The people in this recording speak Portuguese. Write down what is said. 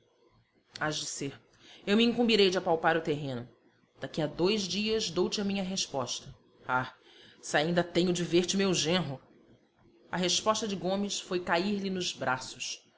de ser eu me incumbirei de apalpar o terreno daqui a dois dias dou-te a minha resposta ah se ainda tenho de ver-te meu genro a resposta de gomes foi cair-lhe nos braços